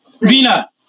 Vina